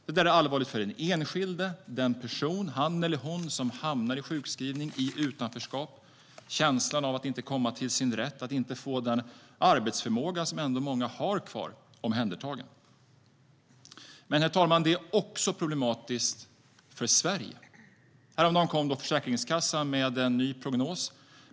Detta är allvarligt för den enskilde som hamnar i sjukskrivning, i utanförskap, som har känslan av att inte komma till sin rätt. Den arbetsförmåga som många ändå har kvar tillvaratas inte. Herr talman! Det är också problematiskt för Sverige. Häromdagen kom Försäkringskassan med en ny prognos.